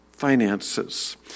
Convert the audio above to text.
Finances